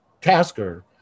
tasker